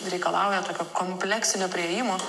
reikalauja tokio kompleksinio priėjimo